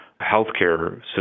healthcare